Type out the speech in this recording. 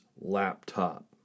laptop